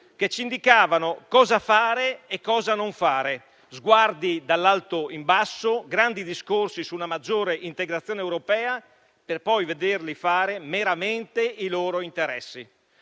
che ci indicavano cosa fare e cosa non fare, con sguardi dall'alto in basso, grandi discorsi su una maggiore integrazione europea per poi vederli fare meramente i loro interessi.